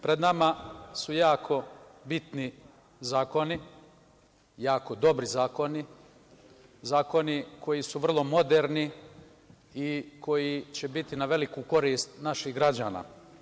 Pred nama su jako bitni zakoni, jako dobri zakoni, zakoni koji su vrlo moderni i koji će biti na veliku korist naših građana.